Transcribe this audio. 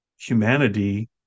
humanity